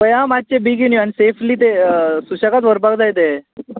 पळय आं मातशी बेगीन यो आनी सॅफली ते सुशेगाद व्हरपाक जाय तें